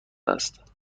است